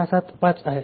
675 आहे